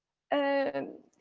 and.